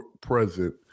present